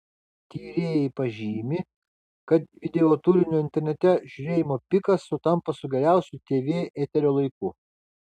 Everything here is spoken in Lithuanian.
tyrėjai pažymi kad videoturinio internete žiūrėjimo pikas sutampa su geriausiu tv eterio laiku